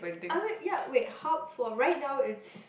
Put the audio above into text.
ah wait ya wait hub for right now it's